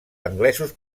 anglesos